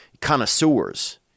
connoisseurs